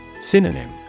Synonym